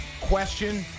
Question